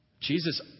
Jesus